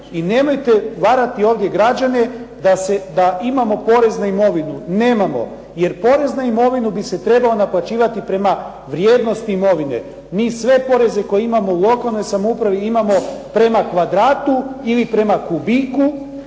i nemojte varati ovdje građane da imamo porez na imovinu. Nemamo, jer porez na imovinu bi se trebao naplaćivati prema vrijednosti imovine. Mi sve poreze koje imamo u lokalnoj samoupravi imamo prema kvadratu ili prema kubiku,